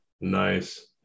Nice